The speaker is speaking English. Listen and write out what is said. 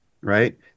Right